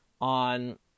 on